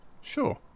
Sure